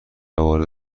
وارد